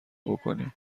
بکینم